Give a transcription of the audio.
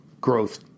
growth